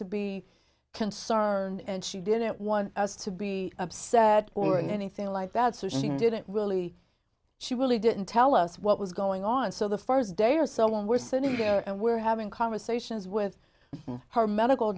to be concerned and she didn't want us to be upset or anything like that so she didn't really she really didn't tell us what was going on so the first day or so and we're sitting there and we're having conversations with her medical